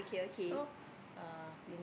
so uh we